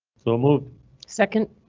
so move second.